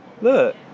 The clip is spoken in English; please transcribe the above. Look